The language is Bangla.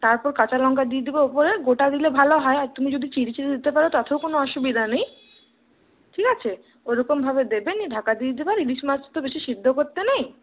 তারপর কাঁচা লঙ্কা দিয়ে দেবে ওপরে গোটা দিলে ভালো হয় আর তুমি যদি চিরে চিরে দিতে পারো তাতেও কোনো অসুবিধা নেই ঠিক আছে ওইরকমভাবে দেবে নিয়ে ঢাকা দিয়ে দেবে আর ইলিশ মাছ তো বেশি সেদ্ধ করতে নেই